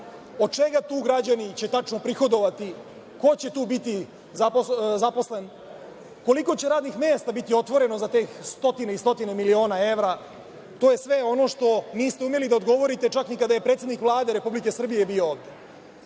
Od čega će tu građani tačno prihodovati? Ko će tu biti zaposlen? Koliko će radnih mesta biti otvoreno za tih stotine i stotine miliona evra? To je sve ono na šta niste umeli da odgovorite, čak ni kada je predsednik Vlada Republike Srbije bio ovde. Iz